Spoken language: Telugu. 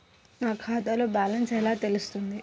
నా ఖాతాలో బ్యాలెన్స్ ఎలా తెలుస్తుంది?